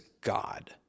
God